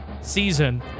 season